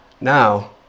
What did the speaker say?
Now